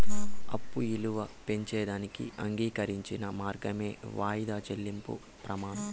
అప్పు ఇలువ పెంచేదానికి అంగీకరించిన మార్గమే వాయిదా చెల్లింపు ప్రమానం